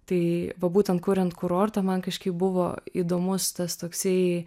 tai va būtent kuriant kurortą man kažkaip buvo įdomus tas toksai